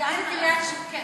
וגם עם קריית שמונה.